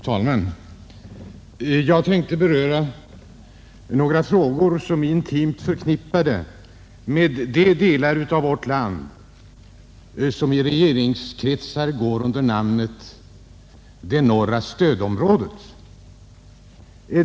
Fru talman! Jag tänkte beröra några frågor som är intimt förknippade med de delar av vårt land som i regeringskretsar går under beteckningen ”det norra stödområdet”.